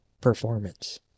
performance